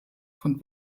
von